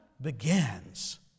begins